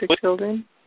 children